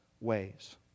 ways